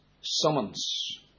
summons